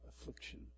Affliction